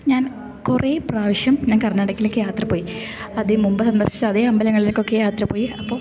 ഞാൻ കുറെ പ്രാവശ്യം ഞാൻ കർണാടകയിലേക്ക് യാത്ര പോയി അതെ മുമ്പ് സന്ദർശിച്ച അതേ അമ്പലങ്ങളിലേക്കൊക്കെ യാത്ര പോയി അപ്പോൾ